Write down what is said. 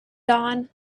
dawn